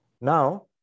Now